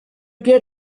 get